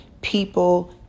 People